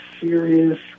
serious